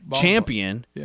champion